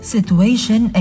Situation